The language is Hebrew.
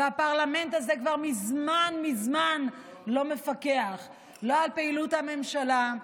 והפרלמנט הזה כבר מזמן מזמן לא מפקח על פעילות הממשלה.